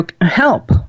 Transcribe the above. help